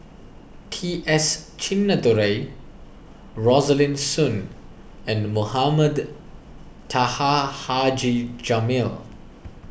T S Sinnathuray Rosaline Soon and Mohamed Taha Haji Jamil